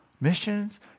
missions